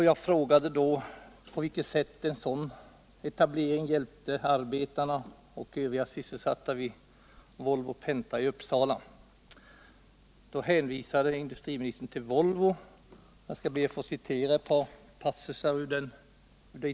Jag frågade på vilket sätt en sådan etablering hjälpte arbetarna och övriga sysselsatta vid Volvo Penta i Uppsala och på andra ställen också för den delen.